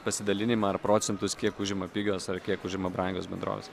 pasidalinimą ar procentus kiek užima pigios ar kiek užima brangios bendrovės